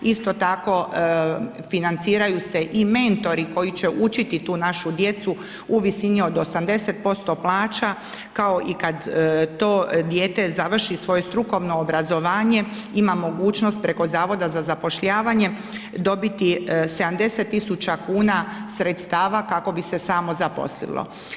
Isto tako, financiraju se i mentori koji će učiti tu našu djecu u visini od 80% plaća, kao i kad to dijete završi svoje strukovno obrazovanje, ima mogućnost preko Zavoda za zapošljavanje dobiti 70 tisuća kuna sredstava kako bi se samozaposlilo.